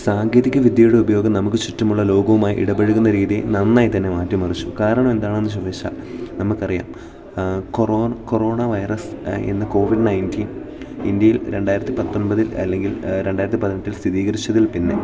സാങ്കേതിക വിദ്യയുടെ ഉപയോഗം നമുക്ക് ചുറ്റുമുള്ള ലോകവുമായി ഇടപഴകുന്ന രീതിയിൽ നന്നായി തന്നെ മാറ്റി മറിച്ചു കാരണം എന്താണെന്ന് ചോദിച്ചാൽ നമുക്കറിയാം കൊറോ കൊറോണ വൈറസ് എന്ന് കോവിഡ് നയൻറ്റീൻ ഇന്ത്യയിൽ രണ്ടായിരത്തി പത്തൊൻപതിൽ അല്ലെങ്കിൽ രണ്ടായിരത്തി പതിനെട്ടിൽ സ്ഥിതീകരിച്ചതിൽ പിന്നെ